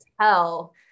tell